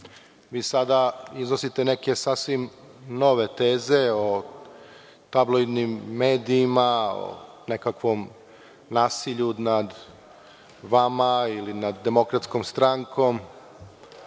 Vi sada iznosite neke sasvim nove teze, o tabloidnim medijima, o nekakvom nasilju nad vama, ili nad DS, iako to